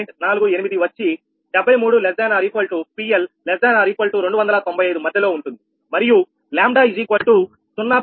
48 వచ్చి 73≤PL≤295 మధ్యలో ఉంటుంది మరియు 𝜆0